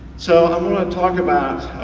so i want to talk about